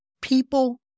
People